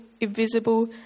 Invisible